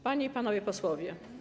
Panie i Panowie Posłowie!